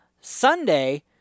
Sunday